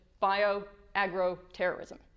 bio-agro-terrorism